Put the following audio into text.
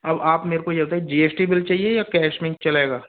अब आप मेरे को ये बताइए जी एस टी बिल चाहिए या कैश में ही चलेगा